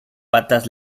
patas